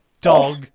dog